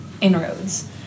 inroads